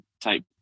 type